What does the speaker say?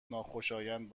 ناخوشایند